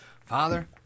father